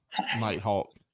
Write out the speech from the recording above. Nighthawk